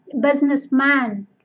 businessman